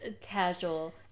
casual